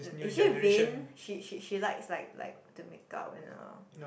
is she vain she she she likes like like to make up and all